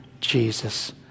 Jesus